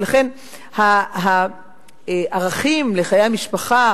ולכן הערכים של חיי המשפחה,